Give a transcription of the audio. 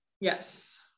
yes